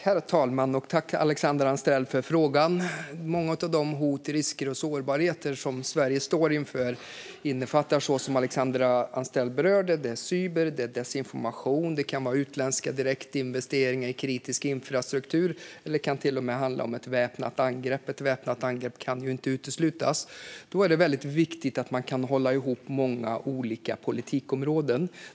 Herr talman! Tack, Alexandra Anstrell, för frågan! Många av de hot, risker och sårbarheter som Sverige står inför innefattar såsom Alexandra Anstrell berörde cyberattacker och desinformation. Det kan gälla utländska direktinvesteringar eller kritisk infrastruktur. Det kan till och med handla om ett väpnat angrepp. Ett väpnat angrepp kan inte uteslutas. Det är då väldigt viktigt att man kan hålla ihop många olika politikområden.